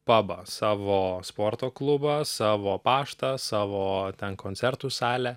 pabą savo sporto klubą savo paštą savo ten koncertų salę